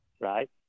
Right